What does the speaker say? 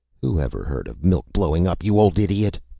whoever heard of milk blowing up, you old idiot?